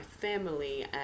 family